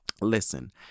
Listen